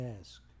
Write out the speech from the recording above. ask